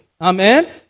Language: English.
Amen